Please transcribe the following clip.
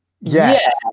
Yes